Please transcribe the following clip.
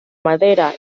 madera